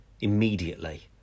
immediately